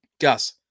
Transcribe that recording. Gus